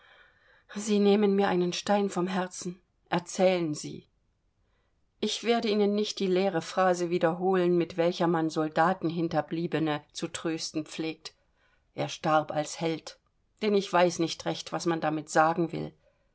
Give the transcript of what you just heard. sie nehmen mir einen stein vom herzen erzählen sie ich werde ihnen nicht die leere phrase wiederholen mit welcher man soldatenhinterbliebene zu trösten pflegt er starb als held denn ich weiß nicht recht was man damit sagen will